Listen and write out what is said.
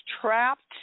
trapped